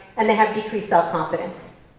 and they have decreased self confidence.